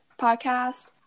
podcast